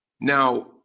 Now